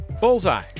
Bullseye